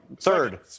third